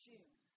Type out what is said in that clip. June